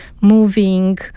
moving